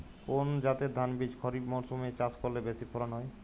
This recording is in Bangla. কোন জাতের ধানবীজ খরিপ মরসুম এ চাষ করলে বেশি ফলন হয়?